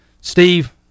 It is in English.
Steve